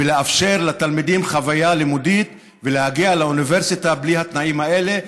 ולאפשר לתלמידים חוויה לימודית ולהגיע לאוניברסיטה בלי התנאים האלה.